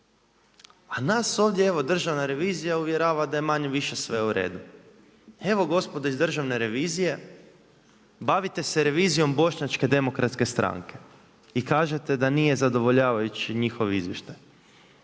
a nas ovdje evo, Državna revizija uvjerava da je manje-više se u redu. Evo gospodo iz Državne revizije, bavite se revizijom Bošnjačkom demokratske stranke i kažete da nije zadovoljavajući njihov izvještaj.